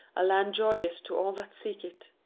a land joyous to all that seek it.